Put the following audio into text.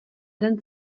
den